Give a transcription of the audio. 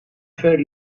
veel